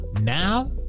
now